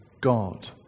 God